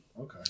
Okay